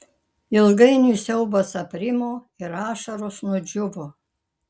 ilgainiui siaubas aprimo ir ašaros nudžiūvo